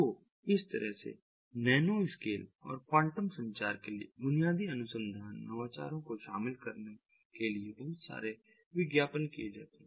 तो इस तरह से नैनोस्केल और क्वांटम संचार के लिए बुनियादी अनुसंधान नवाचारों को शामिल करने के लिए बहुत सारे विज्ञापन किए गए हैं